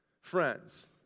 friends